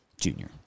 Junior